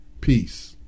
Peace